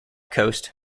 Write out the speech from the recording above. coast